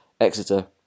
Exeter